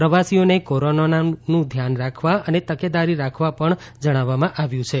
પ્રવાસીઓને કોરોનાનું ધ્યાન રાખવા અને તકેદારી રાખવા પણ જણાવવામાં આવ્યું છે